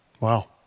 Wow